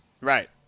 Right